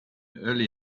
early